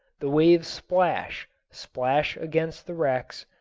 the waves splash, splash against the wrecks,